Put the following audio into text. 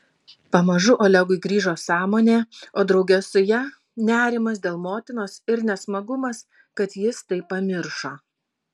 pamažu olegui grįžo sąmonė o drauge su ja nerimas dėl motinos ir nesmagumas kad jis tai pamiršo